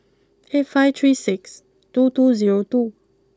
eight five three six two two zero two